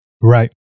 Right